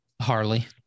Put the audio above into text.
Harley